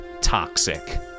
toxic